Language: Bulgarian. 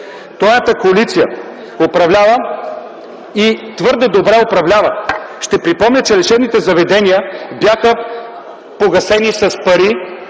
Тройната коалиция твърде добре управлява! Ще припомня, че на лечебните заведения бяха погасени с пари